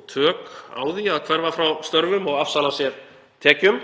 og tök á því að hverfa frá störfum og afsala sér tekjum.